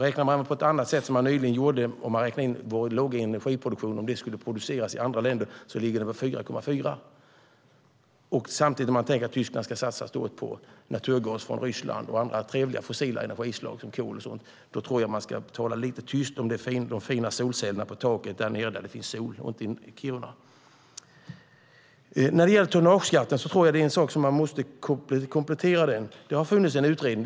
Räknar man på ett annat sätt, som man nyligen gjorde då man räknade på att vår låga energiproduktion skulle produceras i andra länder, ligger utsläppen på 4,4. Om man samtidigt tänker på att Tyskland ska satsa stort på naturgas från Ryssland och andra trevliga fossila energislag som kol, tror jag att man ska tala lite tyst om de fina solcellerna på taken där nere där det finns sol på ett annat sätt än i Kiruna. Tonnageskatten tror jag att man måste komplettera. Det har funnits en utredning.